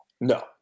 No